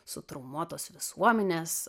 sutraumuotos visuomenės